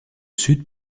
sud